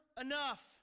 enough